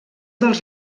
dels